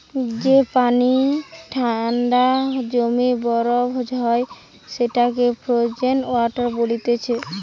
যে পানি যে ঠান্ডায় জমে বরফ হয়ে যায় সেটাকে ফ্রোজেন ওয়াটার বলতিছে